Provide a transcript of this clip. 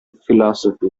philosophy